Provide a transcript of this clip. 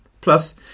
Plus